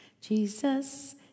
Jesus